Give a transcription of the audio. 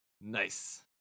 Nice